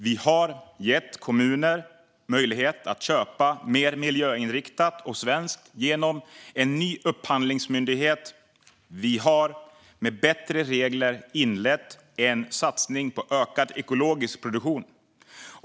Vi har gett kommuner möjlighet att köpa mer miljöinriktat och svenskt genom en ny upphandlingsmyndighet. Vi har med bättre regler inlett en satsning på ökad ekologisk produktion.